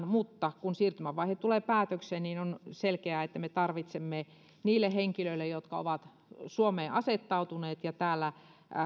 mutta kun siirtymävaihe tulee päätökseen on selkeää että niille henkilöille jotka ovat suomeen asettautuneet ja täällä